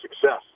success